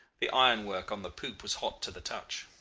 the ironwork on the poop was hot to the touch.